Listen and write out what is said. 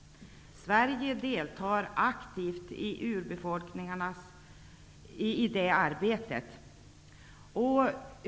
Sverige deltar aktivt i det arbetet.